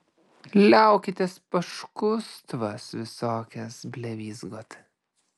liaukitės paškustvas visokias blevyzgot